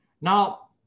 Now